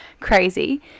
crazy